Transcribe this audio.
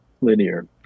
linear